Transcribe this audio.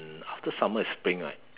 after summer is spring right